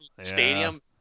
stadium